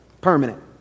permanent